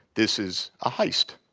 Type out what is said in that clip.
this is a heist.